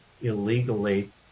illegally